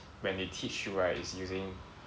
when they teach you right is using